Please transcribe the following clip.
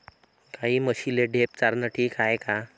गाई म्हशीले ढेप चारनं ठीक हाये का?